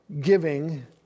giving